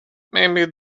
maybe